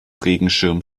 regenschirm